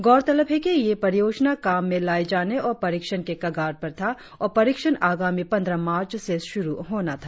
गौरतलब है कि यह परियोजना काम में लाए जाने और परीक्षण के कगार पर था और परीक्षण आगामी पंद्रह मार्च से शुरु होना था